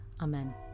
Amen